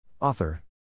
Author